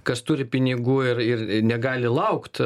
kas turi pinigų ir ir ir negali laukt